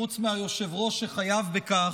חוץ מהיושב-ראש, שחייב בכך,